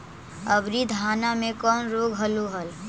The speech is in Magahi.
अबरि धाना मे कौन रोग हलो हल?